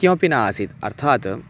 किमपि न आसीत् अर्थात्